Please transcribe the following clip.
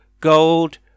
gold